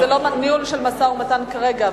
וזה לא ניהול של משא-ומתן כרגע.